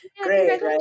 Great